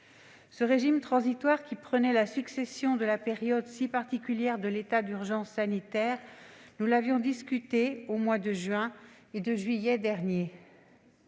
Ce régime transitoire, qui prenait la succession de la période si particulière de l'état d'urgence sanitaire, nous en avions discuté aux mois de juin et de juillet dernier.